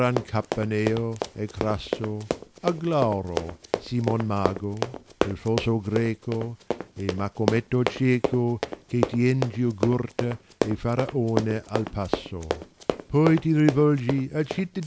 capaneo e crasso aglauro simon mago il falso greco macometto cieco che tien giugurta e faraone al passo poi ti rivolgi a